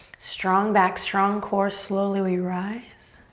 strong back, strong core, slowly we rise.